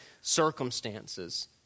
circumstances